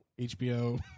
HBO